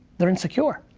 they're insecure.